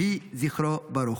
יהי זכרו ברוך.